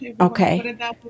Okay